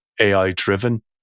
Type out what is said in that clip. AI-driven